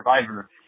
Survivor